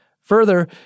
Further